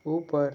ऊपर